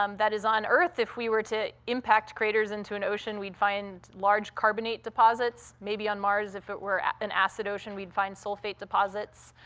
um that is, on earth, if we were to impact craters into an ocean, we'd find large carbonate deposits. maybe on mars, if it were an acid ocean, we'd find sulfate